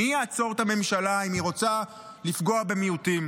מי יעצור את הממשלה אם היא רוצה לפגוע במיעוטים?